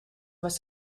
must